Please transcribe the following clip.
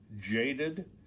jaded